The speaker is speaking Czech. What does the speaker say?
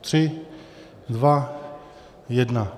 Tři, dva, jedna.